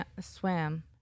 swam